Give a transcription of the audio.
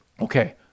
Okay